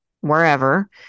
wherever